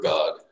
God